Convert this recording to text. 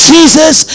Jesus